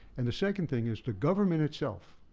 and the second thing is the government itself